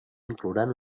inclouran